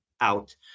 out